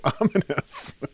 ominous